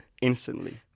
instantly